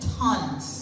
tons